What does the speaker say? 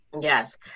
Yes